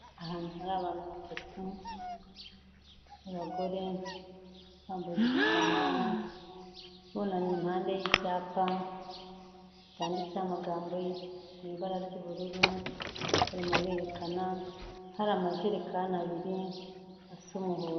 Ahantu hari abantu batatu, abagore bambaye udupfukamunwa, bunamye impande y'icyapa cyanditseho amagambo mu ibara ry'ubururu barimo berekana, hari amajerekani abiri asa umuhondo.